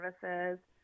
services